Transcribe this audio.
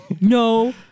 No